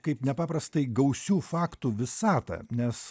kaip nepaprastai gausių faktų visatą nes